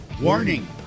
warning